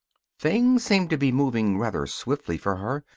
things seemed to be moving rather swiftly for her,